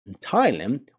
Thailand